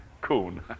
coon